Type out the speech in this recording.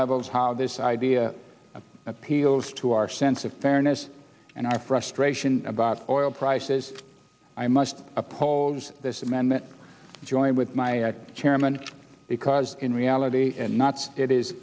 levels how this idea of appeals to our sense of fairness and i frustration about oil prices i must oppose this amendment join with my chairman because in reality not it is